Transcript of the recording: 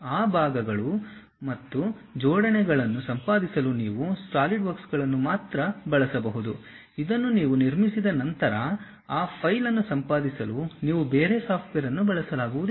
ಆ ಭಾಗಗಳು ಮತ್ತು ಜೋಡಣೆಗಳನ್ನು ಸಂಪಾದಿಸಲು ನೀವು ಸಾಲಿಡ್ವರ್ಕ್ಗಳನ್ನು ಮಾತ್ರ ಬಳಸಬಹುದು ಇದನ್ನು ನೀವು ನಿರ್ಮಿಸಿದ ನಂತರ ಆ ಫೈಲ್ ಅನ್ನು ಸಂಪಾದಿಸಲು ನೀವು ಬೇರೆ ಸಾಫ್ಟ್ವೇರ್ ಅನ್ನು ಬಳಸಲಾಗುವುದಿಲ್ಲ